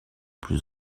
plus